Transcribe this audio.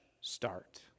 start